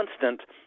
constant